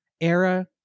era